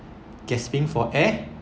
gasping for air